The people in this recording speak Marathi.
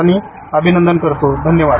आणि अभिनंदन करतो धन्यवाद